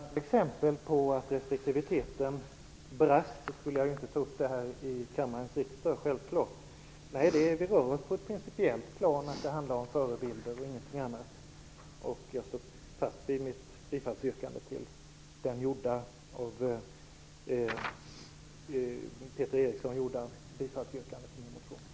Fru talman! Om jag hade exempel på att det brast i restriktivitet skulle jag självfallet inte ta upp dem här i riksdagens kammare. Vi rör oss på ett principiellt plan. Det handlar om förebilder och ingenting annat. Jag står fast vid mitt instämmande i det av Peter Eriksson gjorda bifallssyrkandet vad gäller min motion.